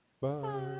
Bye